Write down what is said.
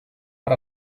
per